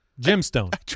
gemstone